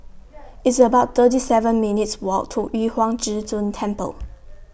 It's about thirty seven minutes' Walk to Yu Huang Zhi Zun Temple